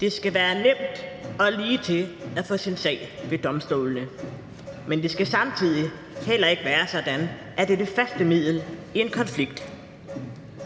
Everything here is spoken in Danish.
Det skal være nemt og ligetil at få sin sag for domstolene, men det skal samtidig heller ikke være sådan, at det er det første middel i en konflikt.